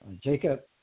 Jacob